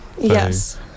yes